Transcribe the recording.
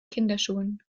kinderschuhen